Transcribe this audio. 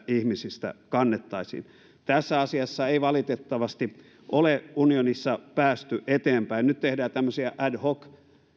ihmisistä kannettaisiin tässä asiassa ei valitettavasti ole unionissa päästy eteenpäin nyt tehdään tämmöisiä ad hoc